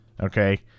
Okay